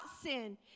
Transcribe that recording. sin